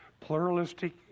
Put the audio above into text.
pluralistic